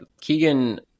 Keegan